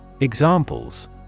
Examples